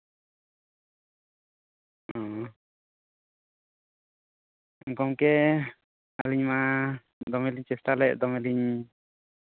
ᱚᱻ ᱜᱚᱝᱠᱮ ᱟᱹᱞᱤᱧ ᱢᱟ ᱫᱚᱢᱮᱞᱤᱧ ᱪᱮᱥᱴᱟ ᱞᱮᱫ ᱫᱚᱢᱮᱞᱤᱧ